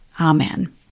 Amen